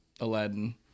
aladdin